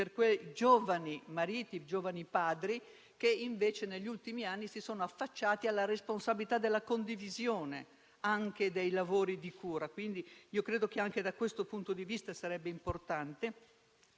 per quei giovani mariti e padri che, invece, negli ultimi anni si sono affacciati alla responsabilità della condivisione anche dei lavori di cura. Credo che anche da questo punto di vista sarebbe importante